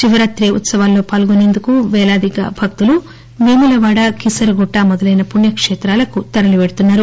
శివరాతి ఉత్సవాల్లో పాల్గొనేందుకు వేలాదిగా భక్తులు వేములవాడ కీసరగుట్ల మొదలైన పుణ్యక్షేతాలకు తరలివెళ్తున్నారు